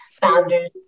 founders